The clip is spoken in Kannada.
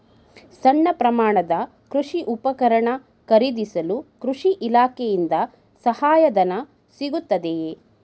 ಸಣ್ಣ ಪ್ರಮಾಣದ ಕೃಷಿ ಉಪಕರಣ ಖರೀದಿಸಲು ಕೃಷಿ ಇಲಾಖೆಯಿಂದ ಸಹಾಯಧನ ಸಿಗುತ್ತದೆಯೇ?